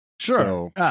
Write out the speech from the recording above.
Sure